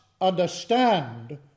understand